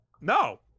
No